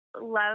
love